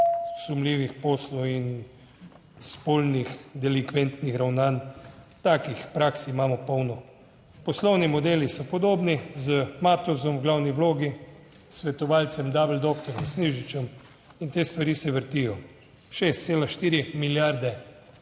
sumljivih poslov in spolnih delikventnih ravnanj. Takih praks imamo polno. Poslovni modeli so podobni, z Matozom v glavni vlogi, svetovalcem dabl doktorjem Snežičem, in te stvari se vrtijo. 6,4 milijarde